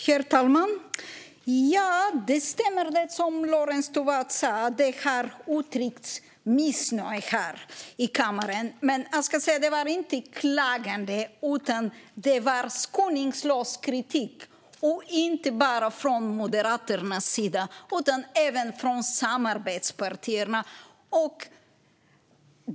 Herr talman! Ja, det stämmer som Lorentz Tovatt sa att det har uttryckts missnöje här i kammaren. Men det var inte klagomål, utan det var skoningslös kritik, inte bara från Moderaternas sida utan även från samarbetspartierna.